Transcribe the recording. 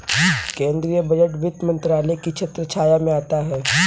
केंद्रीय बजट वित्त मंत्रालय की छत्रछाया में आता है